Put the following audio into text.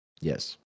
Yes